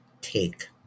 Take